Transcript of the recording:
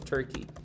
Turkey